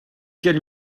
quel